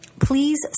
please